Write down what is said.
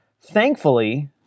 Thankfully